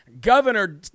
Governor